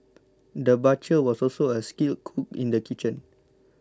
the butcher was also a skilled cook in the kitchen